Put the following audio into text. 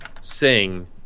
sing